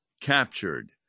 captured